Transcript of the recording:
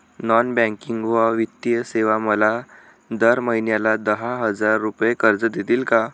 Non banking व वित्तीय सेवा मला दर महिन्याला दहा हजार रुपये कर्ज देतील का?